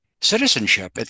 citizenship